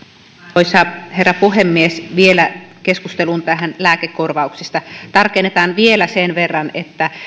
arvoisa herra puhemies vielä tähän keskusteluun lääkekorvauksista tarkennetaan vielä sen verran että